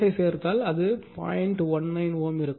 19 Ω இருக்கும்